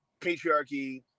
patriarchy